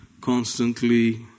constantly